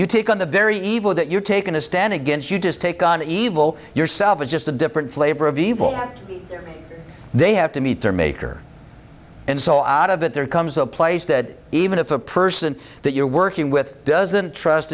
you take on the very evil that you've taken a stand against you just take on evil yourself it's just a different flavor of evil they have to meet their maker and so out of it there comes a place that even if a person that you're working with doesn't trust